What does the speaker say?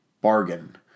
bargain